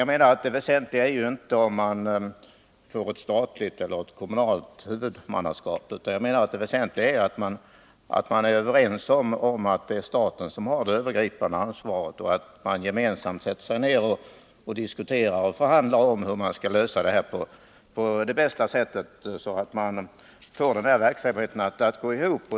Jag menar att det väsentliga är inte om man får ett statligt eller kommunalt huvudmannaskap, utan det väsentliga är att man är överens om att det är staten som har det övergripande ansvaret, och att man gemensamt sätter sig ner och förhandlar om hur man skall lösa problemet på bästa sätt, så att man får denna verksamhet att gå ihop.